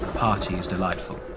party is delightful.